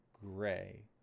gray